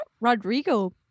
Rodrigo